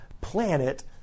planet